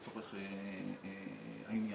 לצורך העניין,